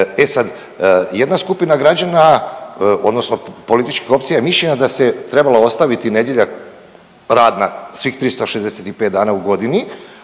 E sad, jedna skupina građana odnosno političkih opcija je mišljenja da se je trebala ostaviti nedjelja radna svih 365 dana u godini,